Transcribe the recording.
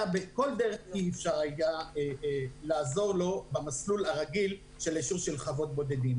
בכל דרך אי אפשר היה לעזור לו במסלול הרגיל של אישור של חוות בודדים.